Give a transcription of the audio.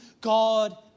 God